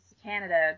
canada